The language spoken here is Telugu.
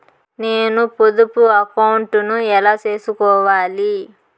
నేను పొదుపు అకౌంటు ను ఎలా సేసుకోవాలి?